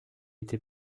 été